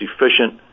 efficient